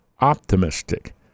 optimistic